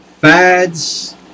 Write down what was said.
fads